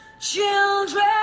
children